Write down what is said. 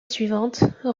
suivante